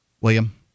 William